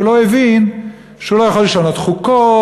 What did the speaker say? הוא לא הבין שהוא לא יכול לשנות חוקות,